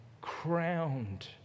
crowned